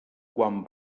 quan